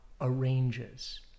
arranges